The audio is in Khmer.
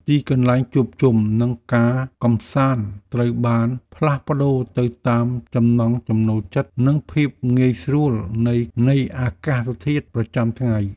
ទីកន្លែងជួបជុំ និងការកម្សាន្តត្រូវបានផ្លាស់ប្តូរទៅតាមចំណង់ចំណូលចិត្ត និងភាពងាយស្រួលនៃអាកាសធាតុប្រចាំថ្ងៃ។